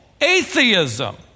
atheism